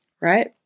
right